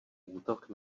útok